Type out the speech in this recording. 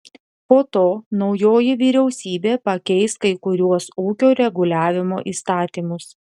po to naujoji vyriausybė pakeis kai kuriuos ūkio reguliavimo įstatymus